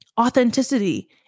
authenticity